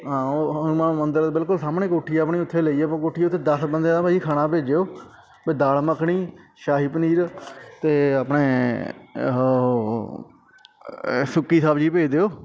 ਹਾਂ ਉਹ ਹਨੂੰਮਾਨ ਮੰਦਰ ਦੇ ਬਿਲਕੁਲ ਸਾਹਮਣੇ ਕੋਠੀ ਆਪਣੀ ਉੱਥੇ ਲਈ ਆਪਾਂ ਕੋਠੀ ਉੱਥੇ ਦਸ ਬੰਦਿਆ ਦਾ ਭਾਅ ਜੀ ਖਾਣਾ ਭੇਜਿਓ ਦਾਲ ਮੱਖਣੀ ਸ਼ਾਹੀ ਪਨੀਰ ਅਤੇ ਆਪਣੇ ਉਹ ਸੁੱਕੀ ਸਬਜ਼ੀ ਭੇਜ ਦਿਓ